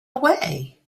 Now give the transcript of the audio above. away